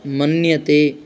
मन्यते